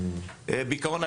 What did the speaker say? בעיקרון,